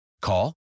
Call